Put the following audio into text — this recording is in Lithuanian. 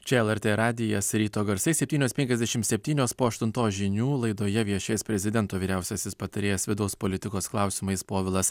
čia lrt radijas ryto garsai septynios penkiasdešimt septynios po aštuntos žinių laidoje viešės prezidento vyriausiasis patarėjas vidaus politikos klausimais povilas